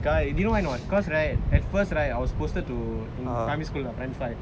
guy do you know why or not because right at first I was posted to in primary school primary five